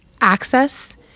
access